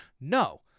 No